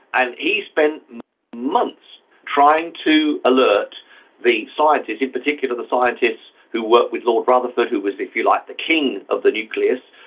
and he spent months trying to alert the scientists, in particular the scientists who worked with lord rutherford who was, if you like, the king of the nucleus,